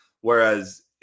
Whereas